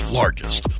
largest